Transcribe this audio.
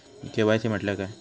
KYC म्हटल्या काय?